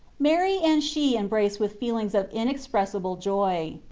mary and she embraced with feelings of in expressible joy.